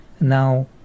Now